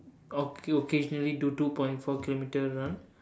occa~ occasionally do two point four kilometer run